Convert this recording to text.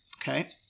Okay